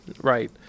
Right